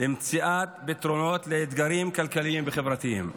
למציאת פתרונות לאתגרים כלכליים וחברתיים.